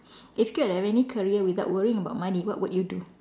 if could have any career without worrying about money what would you do